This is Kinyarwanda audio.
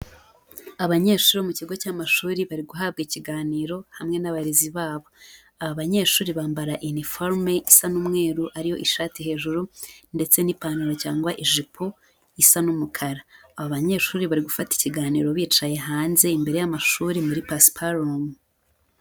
Abanyeshuri mu kigo cy'amashuri bari guhabwa ikiganiro hamwe n'abarezi babo. Aba banyeshuri bambara iniforume isa n'umweru ari yo ishati hejuru, ndetse n'ipantaro cyangwa ijipo isa n'umukara. Aba banyeshuri bari gufata ikiganiro bicaye hanze imbere y'amashuri muri pasiparumu.